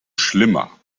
schlimmer